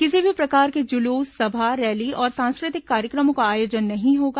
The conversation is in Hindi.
किसी भी प्रकार के जुलूस सभा रैली और सांस्कृतिक कार्यक्रमों का आयोजन नहीं होगा